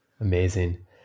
Amazing